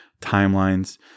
timelines